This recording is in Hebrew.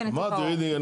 רידינג,